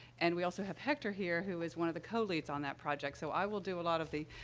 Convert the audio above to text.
and we also have hector here, who is one of the co-leads on that project. so, i will do a lot of the,